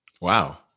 wow